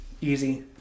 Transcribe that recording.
Easy